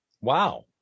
wow